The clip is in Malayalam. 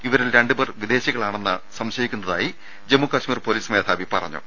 ഇവരിൽ രണ്ട് പേർ വിദേശികളാണെന്ന് സംശയിക്കുന്നതായി ജമ്മു കാശ്മീർ പോലീസ് മേധാവി പറഞ്ഞു